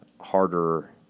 harder